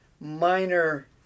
minor